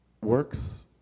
works